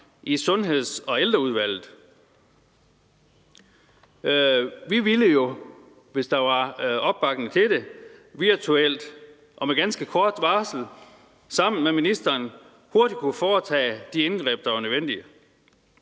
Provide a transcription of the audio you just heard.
i Sundheds- og Ældreudvalget. Vi ville jo, hvis der var opbakning til det, virtuelt og med ganske kort varsel sammen med ministeren hurtigt kunne foretage de indgreb, der var nødvendige.